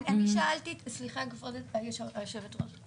סליחה כבוד היו"ר,